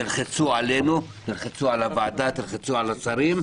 תלחצו עלינו, תלחצו על הוועדה, תלחצו על השרים.